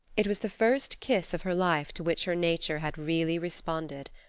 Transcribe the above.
it was the first kiss of her life to which her nature had really responded.